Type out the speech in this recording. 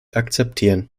akzeptieren